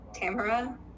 Tamara